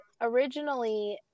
originally